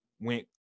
went